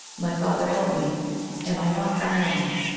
my father, help me am i not thine own?